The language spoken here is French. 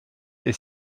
est